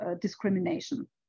discrimination